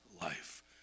life